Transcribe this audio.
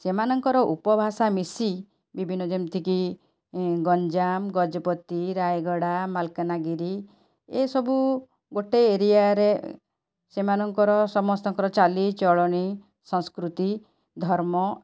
ସେମାନଙ୍କର ଉପଭାଷା ମିଶି ବିଭିନ୍ନ ଯେମିତିକି ଗଞ୍ଜାମ ଗଜପତି ରାୟଗଡ଼ା ମାଲକାନଗିରି ଏସବୁ ଗୋଟେ ଏରିଆରେ ସେମାନଙ୍କର ସମସ୍ତଙ୍କର ଚାଲିଚଳଣି ସଂସ୍କୃତି ଧର୍ମ